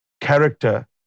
character